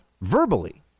verbally